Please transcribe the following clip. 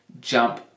jump